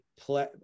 play